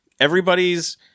everybody's